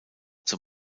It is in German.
zur